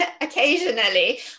Occasionally